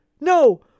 No